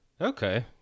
Okay